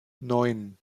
neun